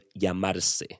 llamarse